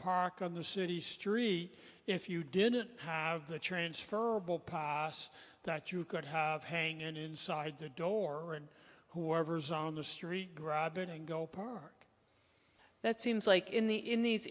park on the city street if you didn't have the transfer that you could have hang it inside the door and whoever's on the street grab it and go park that seems like in the in these